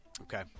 Okay